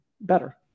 better